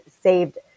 saved